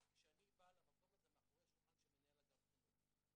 כשאני בא למקום הזה מאחורי שולחן של מנהל אגף חינוך.